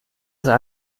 etwas